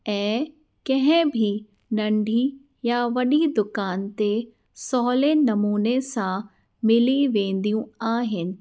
ऐं कंहिं बि नंढी या वॾी दुकान ते सहुले नमूने सां मिली वेंदियूं आहिनि